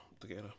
together